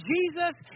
Jesus